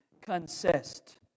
consist